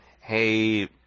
hey